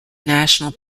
national